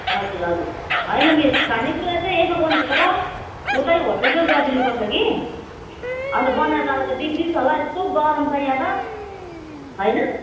हजुर हजुर होइन मिस खानेकुरा चाहिँ यसो गर्नुपर्छ ल उतै होटलमै गरिदिनु पर्छ कि अन्त बनाएर लाँदा त बिग्रिन्छ होला कस्तो गरम छ यहाँ त होइन